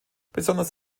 besonders